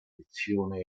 tradizione